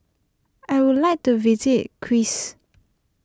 I would like to visit Chris